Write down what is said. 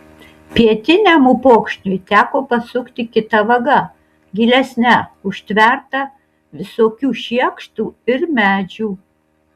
pietiniam upokšniui teko pasukti kita vaga gilesne užtverta visokių šiekštų ir medžių